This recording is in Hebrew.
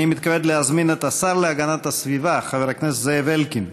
אני מתכבד להזמין את השר להגנת הסביבה חבר הכנסת זאב אלקין.